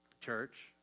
church